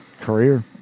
career